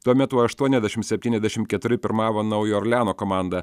tuo metu aštuoniasdešim septyniasdešim keturi pirmavo naujojo orleano komanda